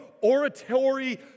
oratory